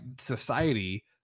society